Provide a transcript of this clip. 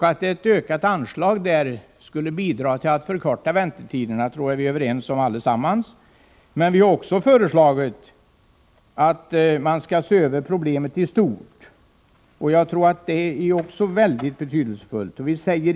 Att ett ökat anslag skulle bidra till att förkorta dessa väntetider tror jag att vi alla är överens om. Vi har också föreslagit att problemet i stort skall ses över, vilket jag också tror är mycket betydelsefullt.